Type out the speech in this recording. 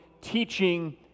teaching